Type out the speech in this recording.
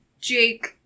Jake